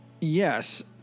yes